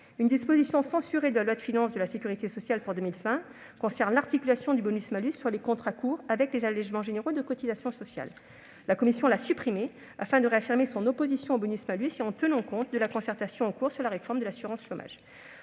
Une disposition censurée de la loi de financement de la sécurité sociale pour 2020, concernant l'articulation du bonus-malus sur les contrats courts avec les allégements généraux de cotisations sociales, a refait son apparition. La commission l'a supprimée, afin de réaffirmer son opposition au bonus-malus et pour tenir compte de la concertation en cours sur la réforme de l'assurance chômage.